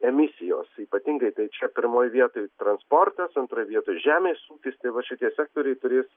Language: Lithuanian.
emisijos ypatingai tai čia pirmoj vietoj transportas antroj vietoj žemės ūkis tai va šitie sektoriai turės